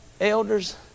elders